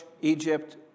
Egypt